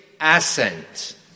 ascent